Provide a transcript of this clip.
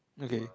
okay